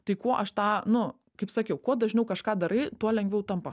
tai kuo aš tą nu kaip sakiau kuo dažniau kažką darai tuo lengviau tampa